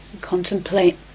contemplate